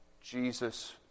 Jesus